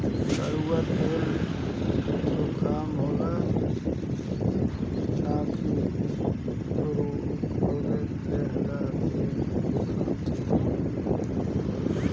कड़ुआ तेल जुकाम होखला पअ नाकी में सुरुक लिहला से जुकाम ठिका जाला